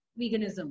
veganism